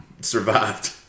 survived